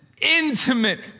intimate